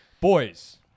Boys